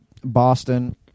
Boston